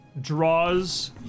draws